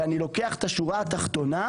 ואני לוקח את השורה התחתונה,